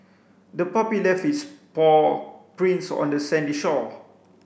the puppy left its paw prints on the sandy shore